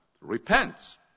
repents